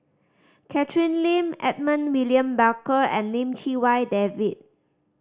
Catherine Lim Edmund William Barker and Lim Chee Wai David